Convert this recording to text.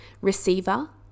receiver